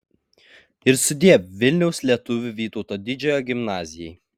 ir sudiev vilniaus lietuvių vytauto didžiojo gimnazijai